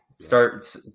Start